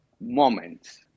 moments